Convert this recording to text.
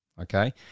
okay